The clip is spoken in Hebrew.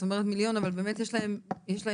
את אומרת מיליון אבל באמת יש להן נתונים